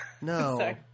no